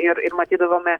ir matydavome